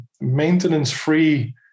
maintenance-free